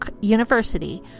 University